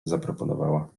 zaproponowała